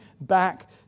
back